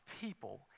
people